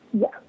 Yes